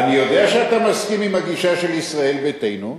אני יודע שאתה מסכים עם הגישה של ישראל ביתנו.